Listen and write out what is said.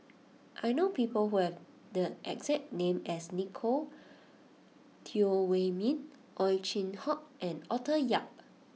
I know people who have the exact name as Nicolette Teo Wei Min Ow Chin Hock and Arthur Yap